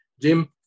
Jim